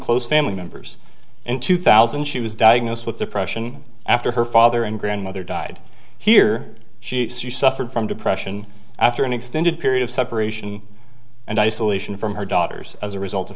close family members in two thousand she was diagnosed with depression after her father and grandmother died here she suffered from depression after an extended period of separation and isolation from her daughters as a result of